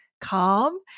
calm